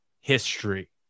history